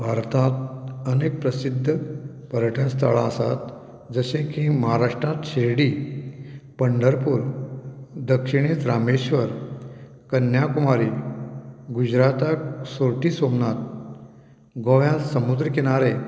भारतांत अनेक प्रसिद्ध पर्यटन स्थळां आसात जशें की म्हाराष्ट्रांत शिर्डी पंढरपूर दक्षिणेक रामेश्वर कन्याकुमारी गुजराताक सोटीसोमनाथ गोंया समुद्र किनारे